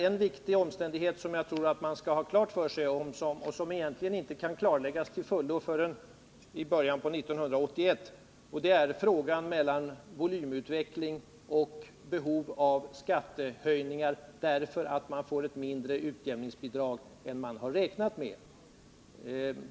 En viktig omständighet som man måste beakta men som egentligen inte kan klarläggas till fullo förrän i början av 1981 är problemet med volymutveckling och behov av skattehöjningar, därför att man får ett mindre utjämningsbidrag än man har räknat med.